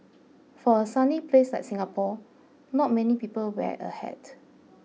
for a sunny place like Singapore not many people wear a hat